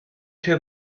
two